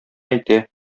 әйтә